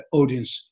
audience